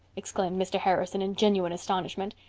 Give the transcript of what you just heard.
exclaimed mr. harrison in genuine astonishment,